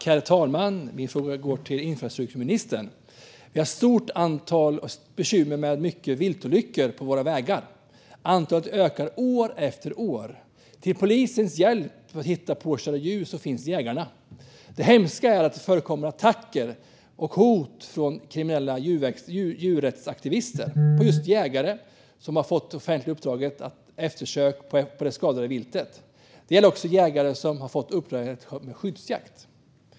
Herr talman! Min fråga går till infrastrukturministern. Vi har ett stort bekymmer med de många viltolyckorna på våra vägar. Antalet ökar år efter år. Till polisens hjälp för att hitta påkörda djur finns jägarna. Det hemska är att det förekommer attacker och hot från kriminella djurrättsaktivister mot just jägare som har fått det offentliga uppdraget om eftersök av det skadade viltet. Det gäller också jägare som har fått uppdrag om skyddsjakt.